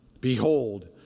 Behold